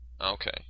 Okay